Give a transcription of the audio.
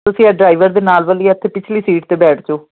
ਤੁਸੀਂ ਡਰਾਈਵਰ ਦੇ ਨਾਲ ਵਾਲੀ ਇੱਥੇ ਪਿਛਲੀ ਸੀਟ 'ਤੇ ਬੈਠ ਜਾਓ